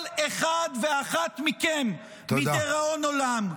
כל אחד ואחת מכם, מדיראון עולם.